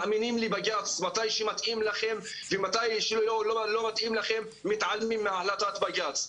מאמינים לבג"צ מתי שמתאים לכם ומתי שלא מתאים לכם מתעלמים מהחלטת בג"צ.